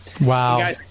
Wow